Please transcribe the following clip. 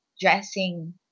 dressing